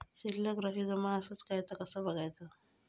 शिल्लक राशी जमा आसत काय ता कसा बगायचा?